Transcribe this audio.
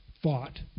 fought